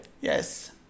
Yes